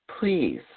Please